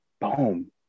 Boom